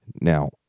Now